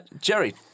Jerry